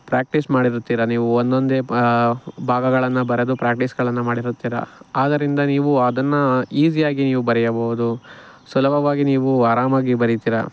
practice ಮಾಡಿರುತ್ತೀರಿ ನೀವು ಒಂದೊಂದೇ ಭಾಗಗಳನ್ನು ಬರೆದು ಪ್ರ್ಯಾಕ್ಟೀಸ್ಗಳನ್ನು ಮಾಡಿರುತ್ತೀರಿ ಆದ್ದರಿಂದ ನೀವು ಅದನ್ನು ಈಸಿಯಾಗಿ ನೀವು ಬರೆಯಬಹುದು ಸುಲಭವಾಗಿ ನೀವು ಆರಾಮಾಗಿ ಬರಿತೀರಿ